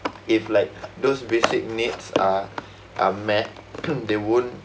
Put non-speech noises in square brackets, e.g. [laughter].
if like those basic needs are are met [coughs] they won't